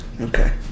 Okay